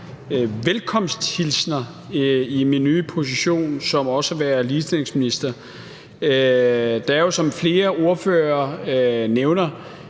i forbindelse med min nye position som også at være ligestillingsminister. Der er jo, som flere ordførere nævner,